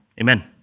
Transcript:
Amen